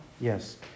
Yes